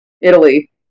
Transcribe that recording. Italy